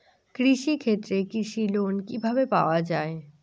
কৃষি ক্ষেত্রে কৃষি লোন কিভাবে পাওয়া য়ায়?